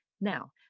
Now